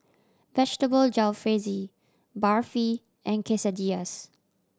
Vegetable Jalfrezi Barfi and Quesadillas